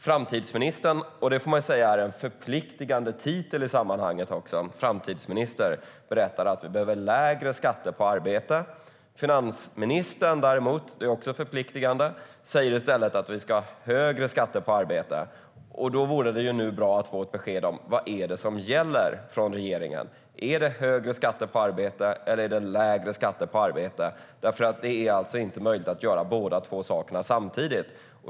Framtidsministern - man får säga att det är en förpliktande titel i sammanhanget - berättar att vi behöver lägre skatter på arbete. Finansministern - det är också förpliktande - säger i stället att vi ska ha högre skatter på arbete. Det vore bra att nu få ett besked om vad det är som gäller från regeringen. Är det högre skatter på arbete, eller är det lägre skatter på arbete? Det är inte möjligt att göra båda sakerna samtidigt.